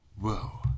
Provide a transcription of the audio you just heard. Whoa